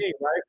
right